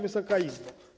Wysoka Izbo!